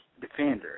defender